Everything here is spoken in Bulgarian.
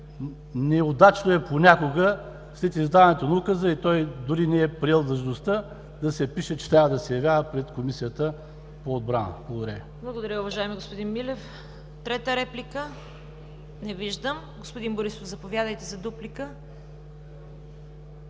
Неудачно е понякога, след издаването на указа и той още не е приел длъжността, да се пише, че трябва да се явява пред Комисията по отбраната. Благодаря Ви. ПРЕДСЕДАТЕЛ ЦВЕТА КАРАЯНЧЕВА: Благодаря, уважаеми господин Милев. Трета реплика? Не виждам. Господин Борисов, заповядайте за дуплика.